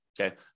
okay